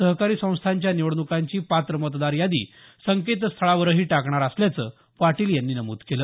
सहकारी संस्थांच्या निवडणुकांची पात्र मतदार यादी संकेतस्थळावरही टाकणार असल्याचं पाटील यांनी नमूद केलं